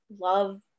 love